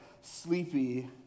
sleepy